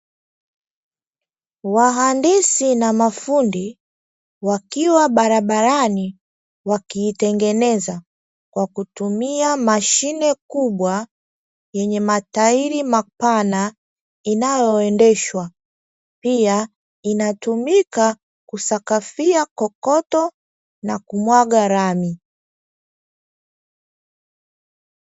Wahandisi na mafundi wakiwa barabarani, wakiitengeneza kwa kutumia mashine kubwa yenye matairi mapana, inayoendeshwa. Pia inatumika kusakafia kokoto na kumwaga lami.